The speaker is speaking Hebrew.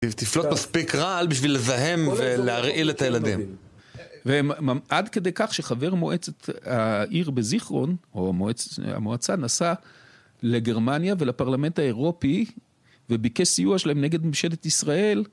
תפלוט מספיק רעל בשביל לזהם ולהרעיל את הילדים. עד כדי כך שחבר מועצת העיר בזיכרון, או המועצה, נסע לגרמניה ולפרלמנט האירופי, וביקש סיוע שלהם נגד ממשלת ישראל...